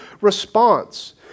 response